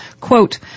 Quote